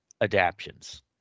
adaptions